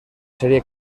serie